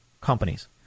companies